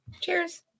Cheers